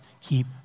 keep